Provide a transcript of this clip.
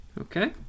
Okay